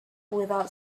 without